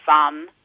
fun